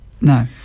No